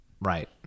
Right